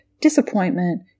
disappointment